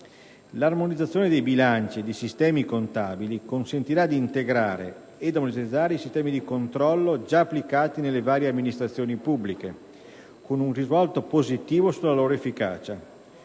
L'armonizzazione dei bilanci e dei sistemi contabili consentirà di integrare ed omogeneizzare i sistemi di controllo già applicati nelle varie amministrazioni pubbliche, con un risvolto positivo sulla loro efficacia.